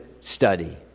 study